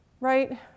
right